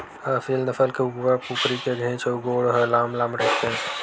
असेल नसल के कुकरा कुकरी के घेंच अउ गोड़ ह लांम लांम रहिथे